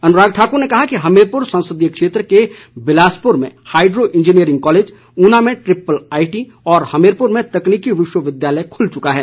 अनुराग ठाक्र ने कहा कि हमीरपुर संसदीय क्षेत्र के बिलासपुर में हाईड्रो इंजीनियरिंग कॉलेज ऊना में ट्रीपल आईटी हमीरपुर में तकनीकी विश्व विद्यालय खुल चुका है